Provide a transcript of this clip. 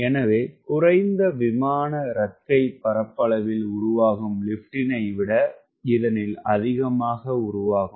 எனவே குறைந்த விமான இறக்கைப்பரப்பளவில் உருவாகும் லிப்டினை விட இதனில் அதிகமாக உருவாகும்